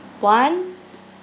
one